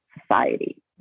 society